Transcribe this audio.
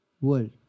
world